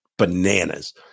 bananas